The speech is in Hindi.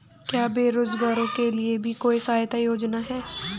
क्या बेरोजगारों के लिए भी कोई सहायता योजना है?